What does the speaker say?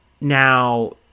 Now